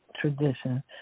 tradition